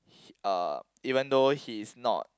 he uh even though he's not